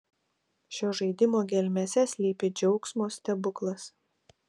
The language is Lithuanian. šio žaidimo gelmėse slypi džiaugsmo stebuklas